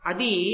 Adi